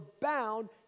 bound